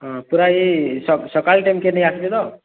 ହଁ ପୁରା ଇ ସ ସକାଲ୍ ଟାଇମ୍ କେ ନେଇ ଆସବେ ତ